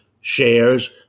shares